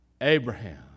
Abraham